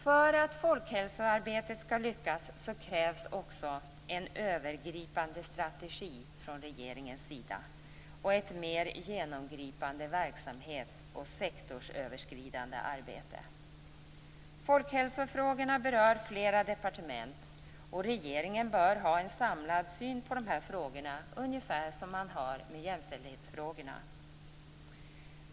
För att folkhälsoarbetet skall lyckas krävs också en övergripande strategi från regeringens sida och ett mer genomgripande verksamhets och sektorsöverskridande arbete. Folkhälsofrågorna berör flera departement, och regeringen bör ha en samlad syn på dessa frågor, ungefär som på jämställdhetsfrågan.